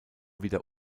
wieder